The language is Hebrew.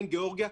עם גיאורגיה,